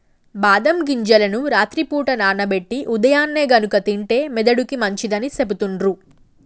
బాదం గింజలను రాత్రి పూట నానబెట్టి ఉదయాన్నే గనుక తింటే మెదడుకి మంచిదని సెపుతుండ్రు